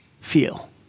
feel